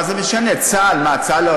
מה זה משנה, צה"ל?